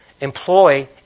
employ